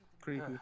creepy